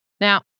Now